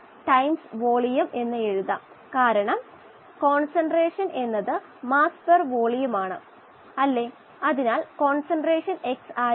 molar concentration ബേസിലും വോള്യമെട്രിക്ബേസിസിലും mass transfer coefficient oxygen എന്നത് 𝐾𝐿a ആണ്